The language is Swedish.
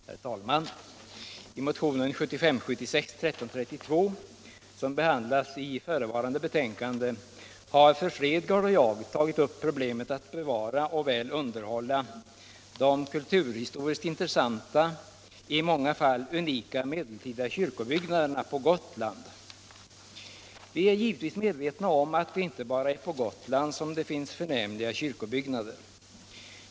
Herr talman! I motionen 1975/76:1332, som behandlas i förevarande betänkande, har fru Fredgardh och jag tagit upp problemen med att bevara och väl underhålla de kulturhistoriskt intressanta, i många fall unika, medeltida kyrkobyggnaderna på Gotland. Vi är givetvis medvetna om att det inte bara är på Gotland som det finns förnämliga kyrkobyggnader.